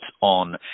on